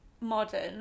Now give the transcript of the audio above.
modern